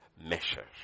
measure